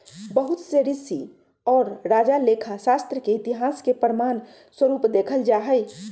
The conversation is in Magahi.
बहुत से ऋषि और राजा लेखा शास्त्र के इतिहास के प्रमाण स्वरूप देखल जाहई